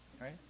Right